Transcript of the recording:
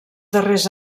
darrers